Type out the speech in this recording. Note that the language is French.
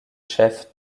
chefs